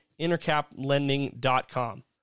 intercaplending.com